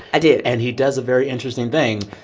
i did and he does a very interesting thing.